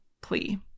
plea